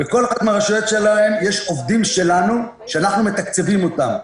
יש עובדים שלנו שאנחנו מתקצבים אותם,